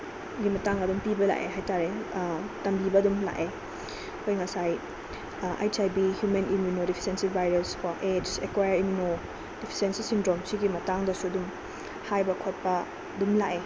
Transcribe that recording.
ꯒꯤ ꯃꯇꯥꯡ ꯑꯗꯨꯝ ꯄꯤꯕ ꯂꯥꯛꯑꯦ ꯍꯥꯏ ꯇꯥꯔꯦ ꯇꯝꯕꯤꯕ ꯑꯗꯨꯝ ꯂꯥꯛꯑꯦ ꯑꯩꯈꯣꯏ ꯉꯁꯥꯏ H I V human immunodeficiency virus ꯀꯣ ꯑꯦꯠꯁ ꯑꯦꯛꯀ꯭ꯋꯥꯔ ꯏꯝꯃꯨꯅꯣꯗꯤꯐꯤꯁꯦꯟꯁꯤ ꯁꯤꯟꯗ꯭ꯔꯣꯝ ꯁꯤꯒꯤ ꯃꯇꯥꯡꯗꯁꯨ ꯑꯗꯨꯝ ꯍꯥꯏꯕ ꯈꯣꯠꯄ ꯑꯗꯨꯝ ꯂꯥꯛꯑꯦ